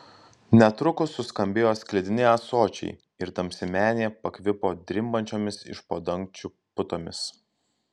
netrukus suskambėjo sklidini ąsočiai ir tamsi menė pakvipo drimbančiomis iš po dangčiu putomis